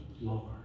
Lord